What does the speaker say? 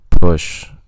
push